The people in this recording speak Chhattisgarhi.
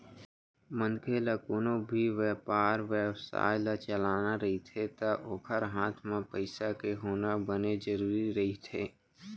मनखे ल कोनो भी बेपार बेवसाय ल चलाना रहिथे ता ओखर हात म पइसा के होना बने जरुरी रहिथे